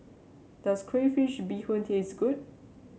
does Crayfish Beehoon taste good